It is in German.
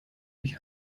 mich